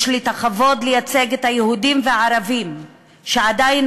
יש לי הכבוד לייצג את היהודים והערבים שעדיין